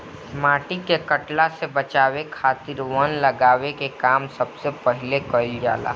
माटी के कटला से बचावे खातिर वन लगावे के काम सबसे पहिले कईल जाला